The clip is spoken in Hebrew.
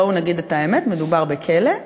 בואו נגיד את האמת, מדובר בכלא,